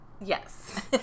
Yes